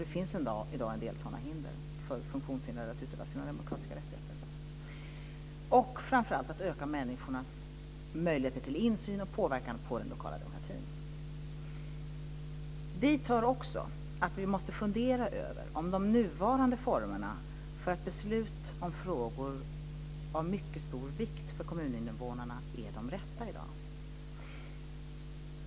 Det finns i dag en del hinder för funktionshindrade att utöva sina demokratiska rättigheter. Framför allt handlar det om att öka människornas möjligheter till insyn och påverkan på den lokala demokratin. Dit hör också att vi måste fundera över om de nuvarande formerna för beslut om frågor av mycket stor vikt för kommuninvånarna är de rätta i dag.